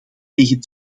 tegen